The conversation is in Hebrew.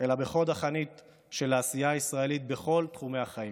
אלא בחוד החנית של העשייה הישראלית בכל תחומי החיים.